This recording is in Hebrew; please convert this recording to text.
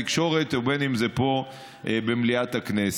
בין אם זה בכלי התקשורת ובין אם זה פה במליאת הכנסת.